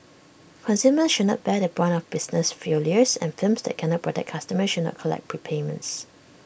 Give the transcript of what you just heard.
consumers should not bear the brunt of business failures and firms that cannot protect customers should not collect prepayments